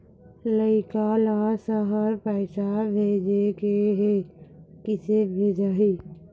लइका ला शहर पैसा भेजें के हे, किसे भेजाही